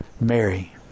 Mary